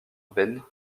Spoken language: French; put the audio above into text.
ben